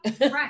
right